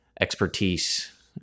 expertise